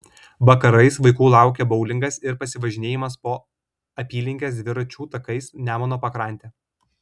vakarais vaikų laukia boulingas ir pasivažinėjimas po apylinkes dviračių takais nemuno pakrante